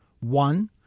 One